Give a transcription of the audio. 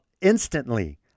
instantly